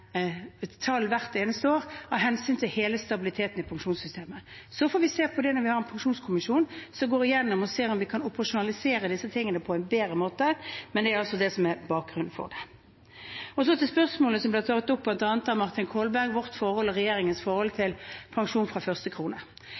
tall hvert eneste år av hensyn til stabiliteten i hele pensjonssystemet. Så får vi se på det når vi har en pensjonskommisjon som går gjennom og ser om vi kan operasjonalisere disse tingene på en bedre måte, men det er altså det som er bakgrunnen for det. Så til spørsmålet som ble tatt opp, bl.a. av Martin Kolberg, om regjeringens forhold til pensjon fra første krone.